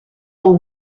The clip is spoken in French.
dans